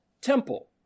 temple